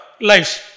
lives